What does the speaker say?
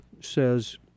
says